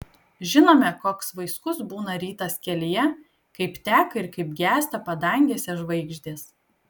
žinome koks vaiskus būna rytas kelyje kaip teka ir kaip gęsta padangėse žvaigždės